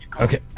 Okay